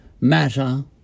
matter